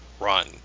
run